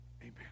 amen